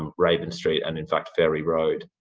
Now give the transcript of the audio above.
um raven street and, in fact, ferry road.